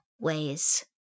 ways